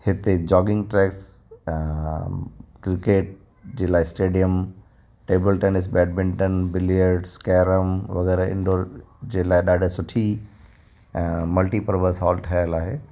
हिते jogging tracks cricket जे लाइ stadium table tennis badminton billiards carrom वग़ैरह इंडोर जे लाइ ॾाढे सुठी ऐं मल्टी पर्पस हॉल ठहियलु आहे